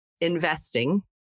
investing